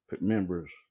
members